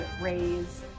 raise